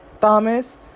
Thomas